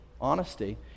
honesty